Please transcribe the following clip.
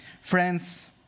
Friends